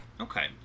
Okay